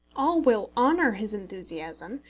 all will honour his enthusiasm,